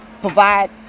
Provide